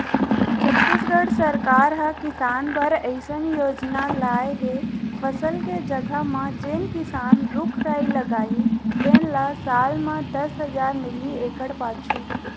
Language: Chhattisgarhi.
छत्तीसगढ़ सरकार ह किसान बर अइसन योजना लाए हे फसल के जघा म जेन किसान रूख राई लगाही तेन ल साल म दस हजार मिलही एकड़ पाछू